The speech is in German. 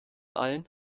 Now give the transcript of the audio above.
allen